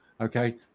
Okay